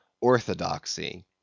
orthodoxy